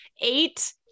eight